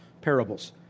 parables